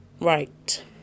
Right